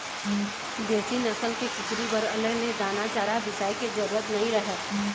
देसी नसल के कुकरी बर अलग ले दाना चारा बिसाए के जरूरत नइ रहय